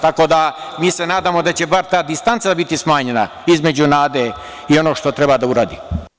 Tako da, mi se nadamo da će bar ta distanca biti smanjena između nade i onog što treba da uradi.